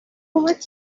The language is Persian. اومد